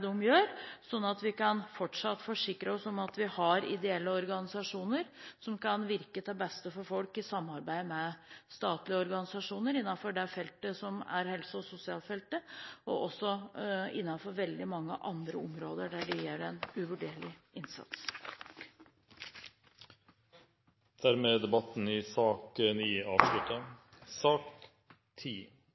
gjør, sånn at vi fortsatt kan forsikre oss om at vi har ideelle organisasjoner som kan virke til beste for folk i samarbeid med statlige organisasjoner innenfor helse- og sosialfeltet, og også innenfor veldig mange andre områder der de gjør en uvurderlig innsats. Dermed er debatten i sak